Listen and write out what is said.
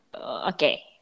Okay